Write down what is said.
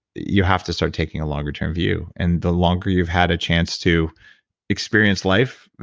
you have to start taking a longer-term view. and the longer you've had a chance to experience life,